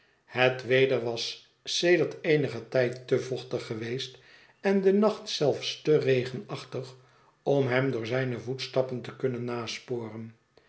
het weder was sedert eenigen tijd te vochtig geweest en de nacht zelfs te regenachtig om hem door zijne voetstappen te kunnen nasporen